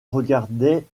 regardait